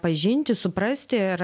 pažinti suprasti ir